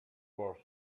words